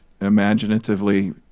imaginatively